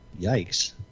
Yikes